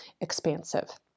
expansive